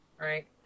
right